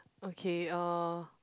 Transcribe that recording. okay uh